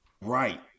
right